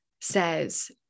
says